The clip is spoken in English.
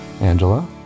Angela